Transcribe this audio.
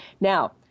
Now